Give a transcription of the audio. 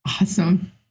Awesome